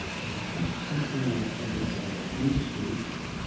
and i'm just thinking of sort of those big shapes,